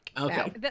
Okay